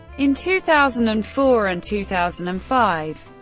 in two thousand and four and two thousand and five,